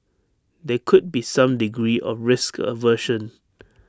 there could be some degree of risk aversion